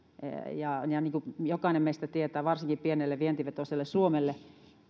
ja ja niin kuin jokainen meistä tietää varsinkin pienelle vientivetoiselle suomelle